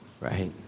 right